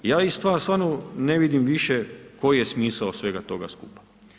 Ja stvarno ne vidim više koja je smisao svega toga skupa.